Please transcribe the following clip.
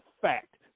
fact